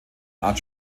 art